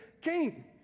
King